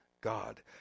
God